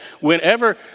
whenever